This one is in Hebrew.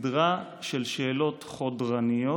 סדרה של שאלות חודרניות,